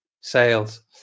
sales